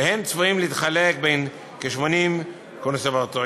והם צפויים להתחלק בין כ-80 קונסרבטוריונים